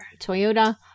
Toyota